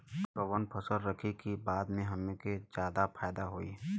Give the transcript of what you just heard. कवन फसल रखी कि बाद में हमरा के ज्यादा फायदा होयी?